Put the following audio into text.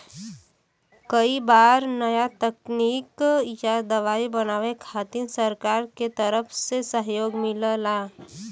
कई बार नया तकनीक या दवाई बनावे खातिर सरकार के तरफ से सहयोग मिलला